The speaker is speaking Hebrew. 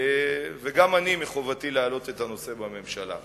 וגם אני, מחובתי להעלות את הנושא בממשלה.